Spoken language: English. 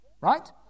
Right